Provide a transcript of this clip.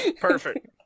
Perfect